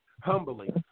humbly